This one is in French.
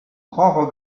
grand